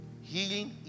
healing